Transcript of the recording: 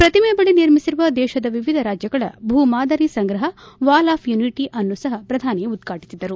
ಪ್ರತಿಮೆ ಬಳಿ ನಿರ್ಮಿಸಿರುವ ದೇಶದ ವಿವಿಧ ರಾಜ್ಯಗಳ ಭೂ ಮಾದರಿ ಸಂಗ್ರಹ ವಾಲ್ ಆಫ್ ಯೂನಿಟ ಅನ್ನೂ ಸಹ ಪ್ರಧಾನಿ ಉದ್ಘಾಟಿಸಿದರು